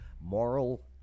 moral